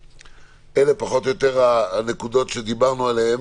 אלה פחות או יותר הנקודות שדיברנו עליהן,